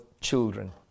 children